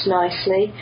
nicely